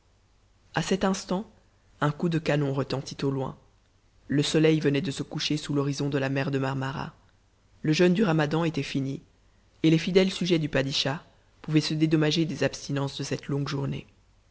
a cet instant un coup de canon retentit au loin le soleil venait de se coucher sous l'horizon de la mer de marmara le jeûne du ramadan était fini et les fidèles sujets du padischah pouvaient se dédommager des abstinences de cette longue journée